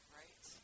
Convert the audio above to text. right